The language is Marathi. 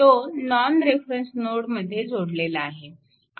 तो नॉन रेफरन्स नोड मध्ये जोडलेला आहे